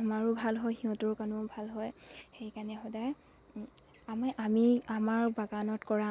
আমাৰো ভাল হয় সিহঁতৰ কাৰণেও ভাল হয় সেইকাৰণে সদায় আমি আমাৰ বাগানত কৰা